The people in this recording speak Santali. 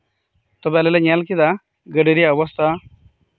ᱛᱚᱵᱮ ᱟᱞᱮ ᱞᱮ ᱧᱮᱞ ᱠᱮᱫᱟ ᱜᱟᱹᱰᱤ ᱨᱮᱭᱟᱜ ᱚᱵᱚᱥᱛᱷᱟ